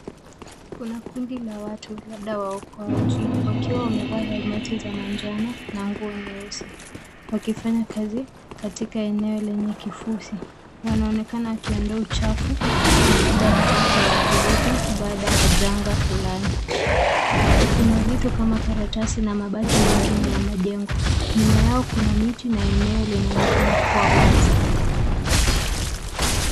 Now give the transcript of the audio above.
Kuna kundi la watu labda waokoaji wakiwa wamevaa helmeti za manjano na nguo nyeusi wakifanya kazi katika eneo lenye kifusi wanaonekana wakiondoa uchafu na labda wanatafuta waathirika baada ya janga fulani ,kuna vitu kama karatasi na mabaki mengine ya majengo nyuma yao kuna miti na eneo linaonekana kuwa wazi.